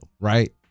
right